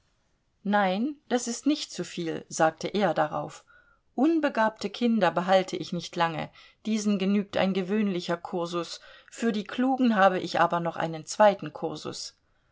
nein das ist nicht zuviel sagte er darauf unbegabte kinder behalte ich nicht lange diesen genügt ein gewöhnlicher kursus für die klugen habe ich aber noch einen zweiten kursus